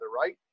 right